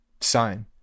sign